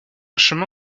chemin